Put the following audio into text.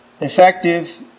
effective